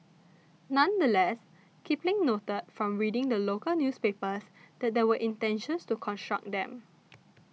nonetheless Kipling noted from reading the local newspapers that there were intentions to construct them